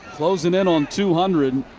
closing in on two hundred,